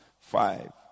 Five